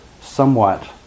somewhat